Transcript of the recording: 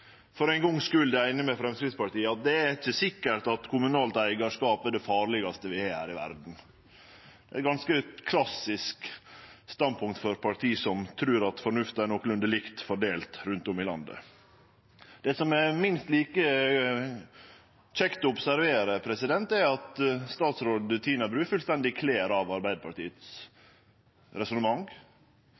for ein gongs skuld er einige med Framstegspartiet. Det er ikkje sikkert at kommunalt eigarskap er det farlegaste vi har her i verda. Det er eit ganske klassisk standpunkt for eit parti som trur at fornufta er nokolunde likt fordelt rundt om i landet. Det som er minst like kjekt å observere, er at statsråd Tina Bru fullstendig kler av